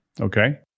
okay